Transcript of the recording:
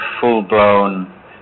full-blown